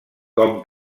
com